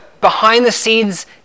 behind-the-scenes